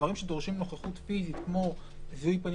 הדברים שדרושים נוכחות פיזית כמו זיהוי פנים